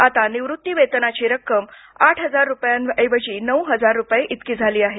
आता निवृत्तिवेतनाची रक्कम आठ हजार रुपयांऐवजी नऊ हजार रुपये इतकी झाली आहे